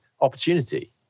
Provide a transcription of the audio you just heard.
opportunity